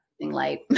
light